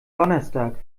donnerstag